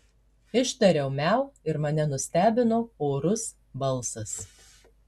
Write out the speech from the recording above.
ištariau miau ir mane nustebino orus balsas